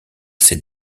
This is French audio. ces